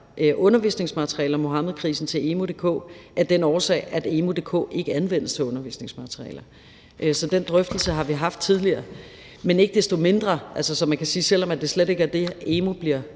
undervisningsmaterialer om Muhammedkrisen til emu.dk, af den årsag, at emu.dk ikke anvendes til undervisningsmaterialer. Så den drøftelse har vi haft tidligere, så selv om man kan sige, at det slet ikke er det, emu.dk bliver